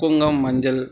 குங்குமம் மஞ்சள்